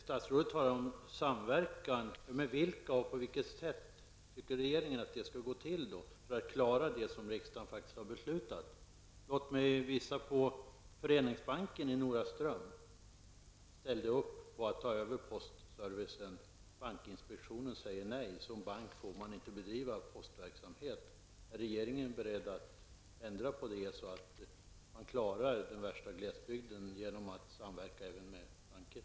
Statsrådet talar om samverkan. Med vilka och på vilket sätt tycker regeringen att det skall ske för att genomföra det som riksdagen faktiskt har beslutat? Låt mig visa på Föreningsbanken i Noraström. Den ställde upp på att ta över postservicen, men bankinspektionen sade nej: såsom bank får man inte bedriva postverksamhet. Är regeringen beredd att ändra på detta så att man kan klara den värsta glesbygden genom samverkan även med banker?